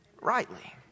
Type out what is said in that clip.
rightly